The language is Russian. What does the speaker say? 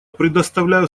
предоставляю